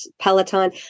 Peloton